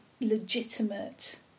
legitimate